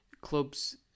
clubs